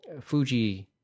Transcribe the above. Fuji